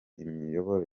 imiyoboro